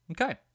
Okay